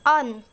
on